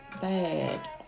Bad